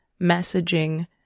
messaging